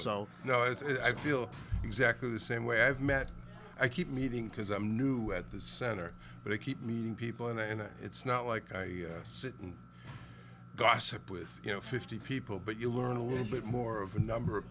it's i feel exactly the same way i've met i keep meeting because i'm new at this center but i keep me people and it's not like i sit and gossip with you know fifty people but you learn a little bit more of a number of